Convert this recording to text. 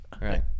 Right